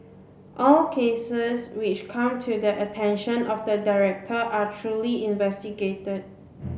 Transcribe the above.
all cases which come to the attention of the director are truly investigated